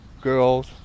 girls